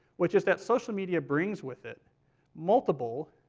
which is that social media brings with it multiple,